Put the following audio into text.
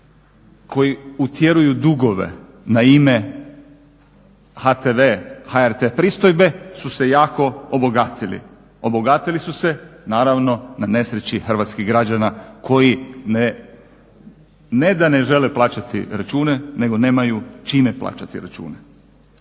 koji utjeruju dugove na ime HTV, HRT pristojbe su se jako obogatili. Obogatili su se naravno na nesreći hrvatskih građana koji ne, ne da ne žele plaćati račune nego nemaju čime plaćati račune.